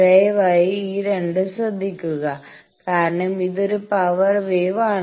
ദയവായി ഈ 2 ശ്രദ്ധിക്കുക കാരണം ഇത് ഒരു പവർ വേവ് ആണ്